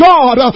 God